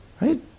Right